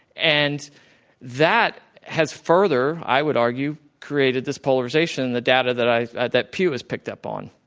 and that has further, i would argue, created this polarization in the data that i that pew has picked up on,